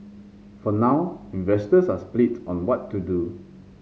for now investors are split on what to do